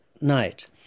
night